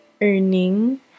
earning